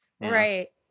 right